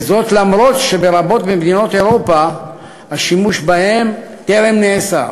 וזאת אף-על-פי שברבות ממדינות אירופה השימוש בהם טרם נאסר.